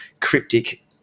cryptic